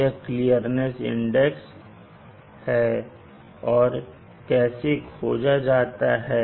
यह clearance index और कैसे खोजा जाता है